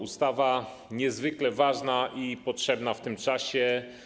Ustawa jest niezwykle ważna i potrzebna w tym czasie.